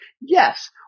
yes